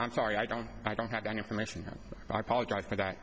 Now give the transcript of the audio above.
i'm sorry i don't i don't have any information that i apologize for that